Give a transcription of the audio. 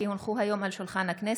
כי הונחה היום על שולחן הכנסת,